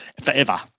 forever